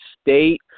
State